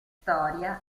storia